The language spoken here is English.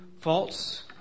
false